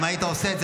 אם היית עושה את זה,